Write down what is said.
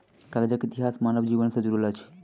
कागजक इतिहास मानव जीवन सॅ जुड़ल अछि